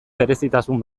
berezitasun